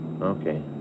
Okay